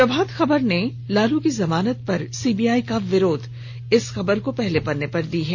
प्रभात खबर ने लालू की जमानत पर सीबीआई का विरोध इस खबर को पहले पत्रे पर स्थान दिया है